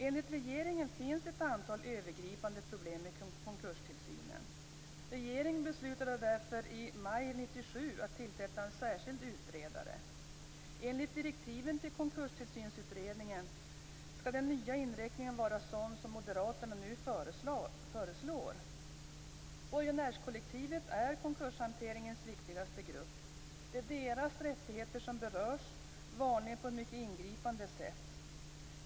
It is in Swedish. Enligt regeringen finns ett antal övergripande problem med konkurstillsynen. Regeringen beslutade därför i maj 1997 att tillsätta en särskild utredare. Enligt direktiven till Konkurstillsynsutredningen skall den nya inriktningen vara sådan som moderaterna nu föreslår. Borgenärskollektivet är konkurshanteringens viktigaste grupp. Det är deras rättigheter som berörs, vanligen på ett mycket ingripande sätt.